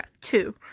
two